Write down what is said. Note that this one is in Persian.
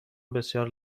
بسیار